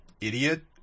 idiot